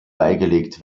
beigelegt